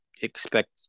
expect